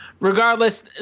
Regardless